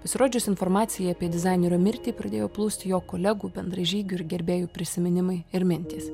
pasirodžius informacijai apie dizainerio mirtį pradėjo plūsti jo kolegų bendražygių ir gerbėjų prisiminimai ir mintys